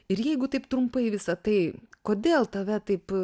ir jeigu taip trumpai visa tai kodėl tave taip